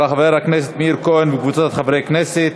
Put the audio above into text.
של חבר הכנסת מאיר כהן וקבוצת חברי הכנסת.